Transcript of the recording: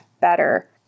better